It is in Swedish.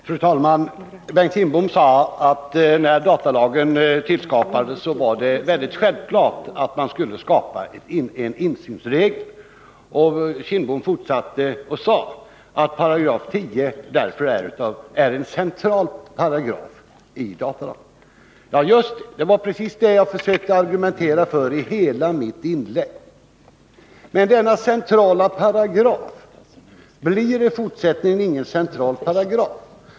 Fru talman! Bengt Kindbom sade, att när datalagen infördes, var det självklart att man också skulle skapa en insynsregel. Han fortsatte med att säga att 10 § därför är en central paragraf i datalagen. Just det, det var det som jag försökte argumentera för i hela mitt inlägg. Denna centrala paragraf blir i fortsättningen ingen central paragraf.